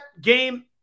game